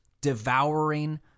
devouring